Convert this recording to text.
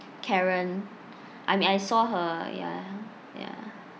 karen I mean I saw her ya ya